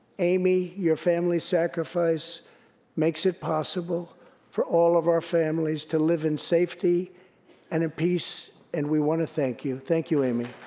amy, your family's sacrifice makes it possible for all of our families to live in safety and in peace, and we want to thank you. thank you, amy.